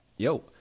Yo